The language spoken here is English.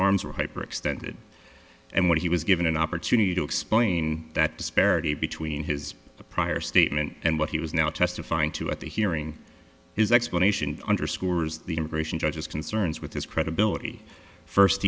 arms were hyperextended and when he was given an opportunity to explain that disparity between his prior statement and what he was now testifying to at the hearing his explanation underscores the immigration judges concerns with his credibility first